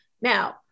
Now